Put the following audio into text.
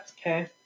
Okay